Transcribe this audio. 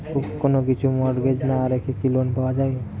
কোন কিছু মর্টগেজ না রেখে কি লোন পাওয়া য়ায়?